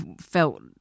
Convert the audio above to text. felt